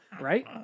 Right